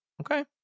Okay